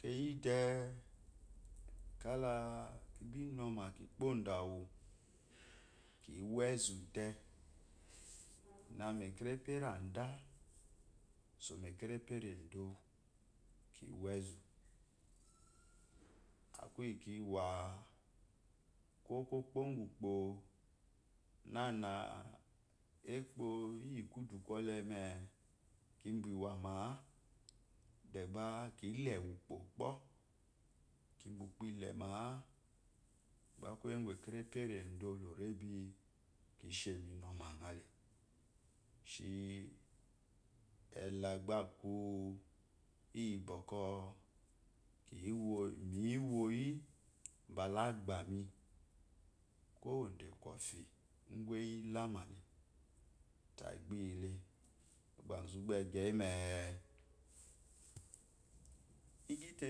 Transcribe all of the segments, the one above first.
Keyi dek ake kigbo ama. kipodo awu kiwa ezú de kiná mú ekerepi erándan so me ekerpi erodio kiwá ezú akú iyi kiwa ko kopó ugwu úkpó namá ekpó iyi kudu kwole ne ki ba ewama deba kile utopó po kiba ukpo ime iqbá kuye ugu ekerebi eredo la orebi ki she mi nomá na le ehe iqba akú iyi kiwoyin ba la qgbami kwoyone kwofyi ugwu eyi izamá tayi bá iyile gbazu gbegye yime mi gyi te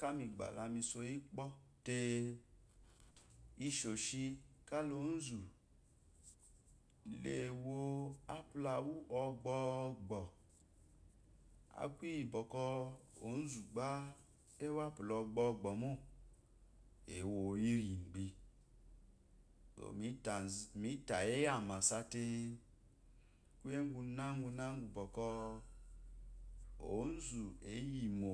kaha miqba lá miso yinó le- kalá ozu lewoó apú lá wú ɔqbo qbɔ aku iyi bɔkɔ ozo bá ewo apula eqbɔbɔ mó ewo iyi iqbi mi tayi amasa tu kuye uqu uná una uqwu bɔƙ te ozo eyimo